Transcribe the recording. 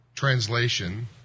translation